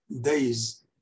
days